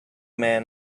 man